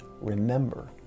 remember